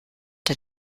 der